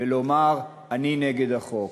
ולומר: אני נגד החוק.